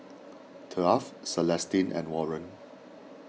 Taft Celestine and Warren